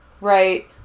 right